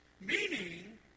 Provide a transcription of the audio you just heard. meaning